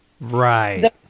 Right